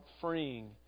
freeing